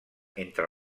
entre